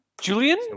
Julian